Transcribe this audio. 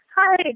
Hi